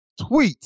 tweets